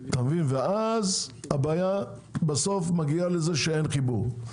ובסוף היא מגיעה לזה שאין חיבור.